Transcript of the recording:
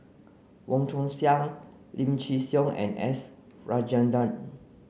Wong Chong Sai Lim Chin Siong and S Rajendran